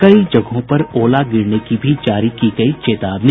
कई जगहों पर ओला गिरने की भी जारी की गयी चेतावनी